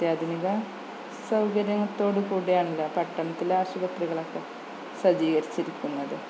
അത്യാധുനിക സൗകര്യത്തോടു കൂടിയാണല്ലോ പട്ടണത്തിലെ ആശുപത്രികളൊക്കെ സജ്ജീകരിച്ചിരിക്കുന്നത്